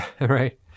right